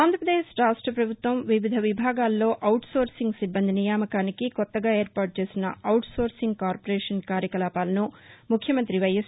ఆంధ్రప్రదేశ్ రాష్ట్ర ప్రభుత్వం వివిధ విభాగాల్లో అపుట్సోర్సింగ్ సిబ్బంది నియామకానికి కొత్తగా ఏర్పాటు చేసిన అవుట్ సోర్సింగ్ కార్పొరేషన్ కార్యకలాపాలను ముఖ్యమంత్రి వైఎస్